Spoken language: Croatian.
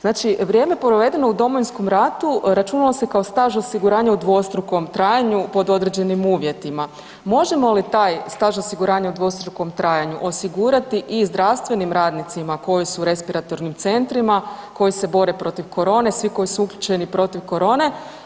Znači vrijeme provedeno u Domovinskom ratu računalo se kao staž osiguranja u dvostrukom trajanju pod određenim uvjetima, možemo li taj staž osiguranja u dvostrukom trajanju osigurati i zdravstvenim radnicima koji su u respiratornim centrima koji se bore protiv korone, svi koji su uključeni protiv korone?